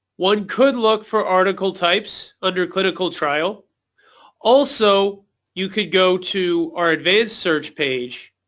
one could look for article types under clinicaltrial. also you could go to our advanced search page.